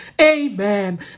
amen